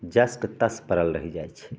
जसके तस पड़ल रैहि जाइ छै